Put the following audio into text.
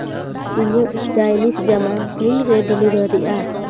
ᱤᱧᱟᱹᱜ ᱪᱟᱭᱱᱤᱥ ᱡᱟᱢᱟ ᱛᱤᱱᱨᱮ ᱰᱮᱞᱤᱵᱷᱟᱨᱤᱜᱼᱟ